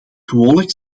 gewoonlijk